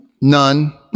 None